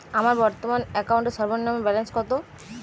আমার বর্তমান অ্যাকাউন্টের সর্বনিম্ন ব্যালেন্স কত?